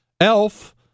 Elf